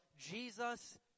jesus